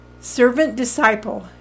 Servant-Disciple